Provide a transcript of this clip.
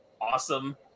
awesome